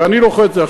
ואני לוחץ על זה.